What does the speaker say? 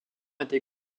été